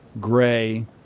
gray